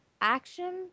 action